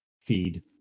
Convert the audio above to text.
feed